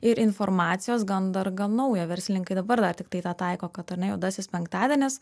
ir informacijos gan dar gan nauja verslininkai dabar dar tiktai tą taiko kad ar ne juodasis penktadienis